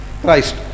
Christ